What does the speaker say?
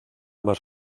más